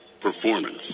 Performance